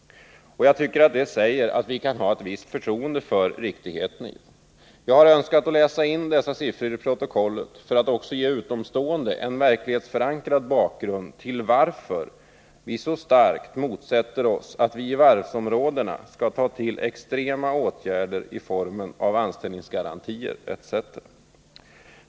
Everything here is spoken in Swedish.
Jag tycker att det säger att vi kan ha ett visst förtroende för dem. Jag har önskat läsa in dem i protokollet för att ge också utomstående en verklighetsförankrad bakgrund till att vi så starkt motsätter oss att vi i varvsområdena skulle ta till extrema åtgärder i form av anställningsgarantier etc.